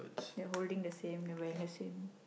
they're holding the same they're wearing the same